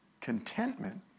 contentment